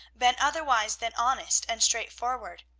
been otherwise than honest and straightforward.